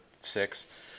six